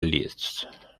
leeds